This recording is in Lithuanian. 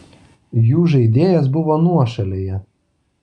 jų žaidėjas buvo nuošalėje